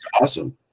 awesome